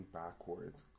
backwards